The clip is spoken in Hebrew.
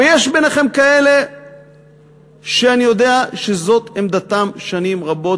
ויש ביניכם כאלה שאני יודע שזאת עמדתם שנים רבות,